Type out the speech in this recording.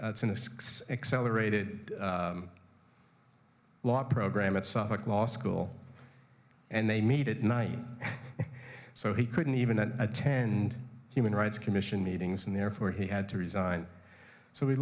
accelerate it law program at suffolk law school and they meet at night so he couldn't even at attend human rights commission meetings and therefore he had to resign so we